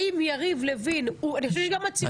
האם יריב לוין, אני חושבת שגם הציבור צריך לדעת.